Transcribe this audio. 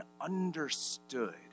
understood